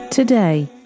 Today